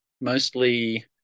mostly